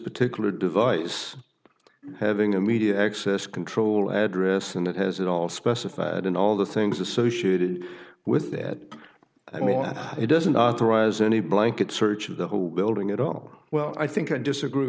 particular device having a media access control address and it has it all specified and all the things associated with that i mean it doesn't authorize any blanket search of the whole building at all well i think i disagree